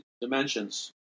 dimensions